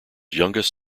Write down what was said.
youngest